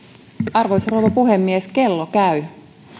arvoisa rouva puhemies kello käy